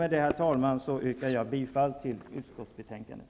Med det anförda yrkar jag bifall till hemställan i utskottsbetänkandet.